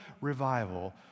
revival